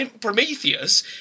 Prometheus